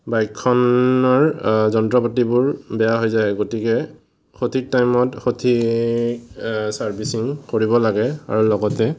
বাইকখনৰ যন্ত্ৰ পাতিবোৰ বেয়া হৈ যায় গতিকে সঠিক টাইমত সঠিক ছাৰ্ভিচিং কৰিব লাগে আৰু লগতে